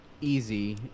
easy